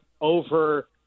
over